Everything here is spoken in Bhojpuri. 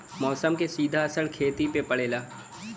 मौसम क सीधा असर खेती पे पड़ेला